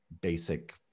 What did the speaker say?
basic